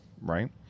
Right